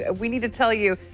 ah we need to tell you,